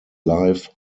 life